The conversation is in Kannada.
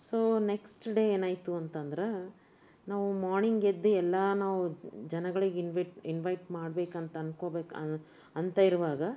ಸೊ ನೆಕ್ಸ್ಟ್ ಡೇ ಏನಾಯಿತು ಅಂತಂದ್ರೆ ನಾವು ಮಾರ್ನಿಂಗ್ ಎದ್ದು ಎಲ್ಲ ನಾವು ಜನಗಳಿಗೆ ಇನ್ವಿಟ್ ಇನ್ವೈಟ್ ಮಾಡಬೇಕಂತ ಅಂದ್ಕೊಳ್ಬೇಕು ಅನ್ನೊ ಅಂತ ಇರುವಾಗ